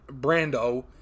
Brando